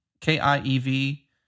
K-I-E-V